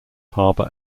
harbor